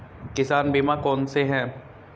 किसान बीमा कौनसे हैं?